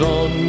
on